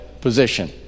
position